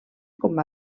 com